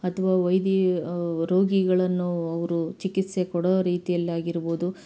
ಅಥವಾ ವೈದಿ ರೋಗಿಗಳನ್ನು ಅವರು ಚಿಕಿತ್ಸೆ ಕೊಡೋ ರೀತಿಯಲ್ಲಾಗಿರ್ಬೋದು